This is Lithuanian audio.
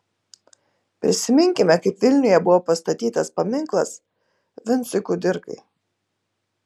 prisiminkime kaip vilniuje buvo pastatytas paminklas vincui kudirkai